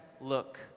look